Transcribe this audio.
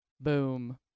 Boom